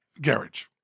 Garage